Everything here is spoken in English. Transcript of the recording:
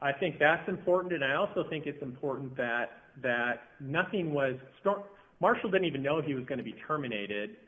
i think that's important and i also think it's important that that nothing was struck marshall didn't even know he was going to be terminated